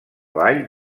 vall